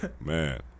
Man